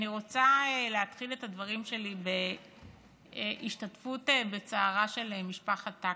אני רוצה להתחיל את הדברים שלי בהשתתפות בצערה של משפחת טקה.